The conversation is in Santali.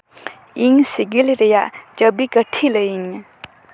ᱤᱧ ᱥᱤᱜᱤᱞ ᱨᱮᱭᱟᱜ ᱪᱟᱹᱵᱤ ᱠᱟᱹᱴᱷᱤ ᱞᱟᱹᱭᱟᱹᱧ ᱢᱮ